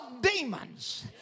demons